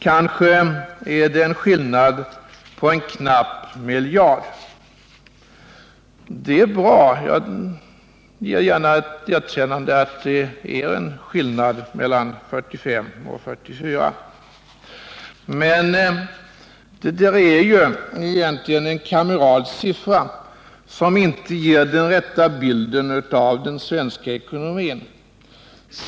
Kanske är skillnaden en knapp miljard. Det är bra, jag erkänner gärna att det är skillnad mellan 45 och 44 miljarder. Men det är ju egentligen en kameral siffra som inte ger den rätta bilden av den svenska ekonomin.